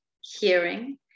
hearing